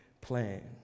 plan